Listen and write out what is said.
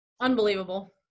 Unbelievable